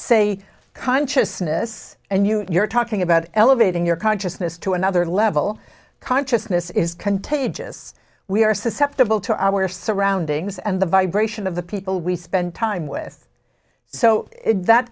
say consciousness and you're talking about elevating your consciousness to another level consciousness is contagious we are susceptible to our surroundings and the vibration of the people we spend time with so